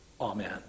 Amen